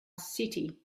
city